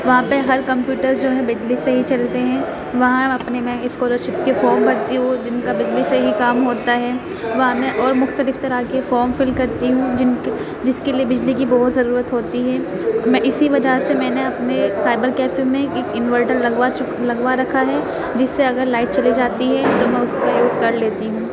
وہاں پہ ہر کمپیوٹرس جو ہیں بجلی سے ہی چلتے ہیں وہاں میں اپنے میں اسکالرشپس کے فام بھرتی ہوں جن کا بجلی سے ہی کام ہوتا ہے وہاں میں اور مختلف طرح کے فام فل کرتی ہوں جن کے جس کے لیے بجلی کی بہت ضرورت ہوتی ہیں میں اِسی وجہ سے میں نے اپنے ایک سائبر کیفے میں اک انورٹر لگوا چُکی لگوا رکھا ہے جس سے اگر لائٹ چلی جاتی ہے تو میں اُس کا یوز کر لیتی ہوں